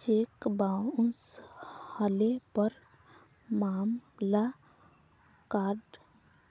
cheque bounce हले पर मामला कोर्ट